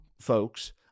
folks